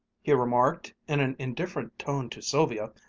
he remarked in an indifferent tone to sylvia,